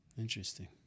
Interesting